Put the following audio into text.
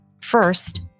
First